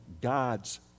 God's